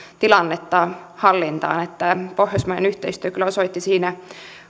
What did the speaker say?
tilannetta hallintaan niin että pohjoismainen yhteistyö kyllä osoitti siinä